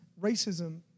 racism